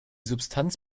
substanz